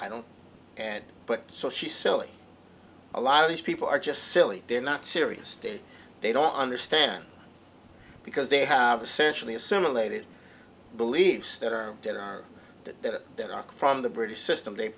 i don't and so she silly a lot of these people are just silly they're not serious state they don't understand because they have essentially assimilated beliefs that are that are that denmark from the british system they